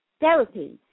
therapy